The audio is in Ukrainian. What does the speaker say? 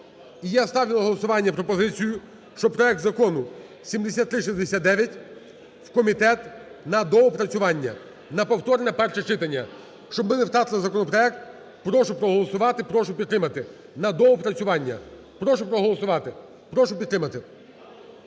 я ставлю на голосування пропозицію, що проект закону 7369 у комітет на доопрацювання на повторне перше читання, щоб ми не втратили законопроект. Прошу проголосувати, прошу підтримати на доопрацювання. Прошу проголосувати, прошу підтримати.